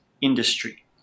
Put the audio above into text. industry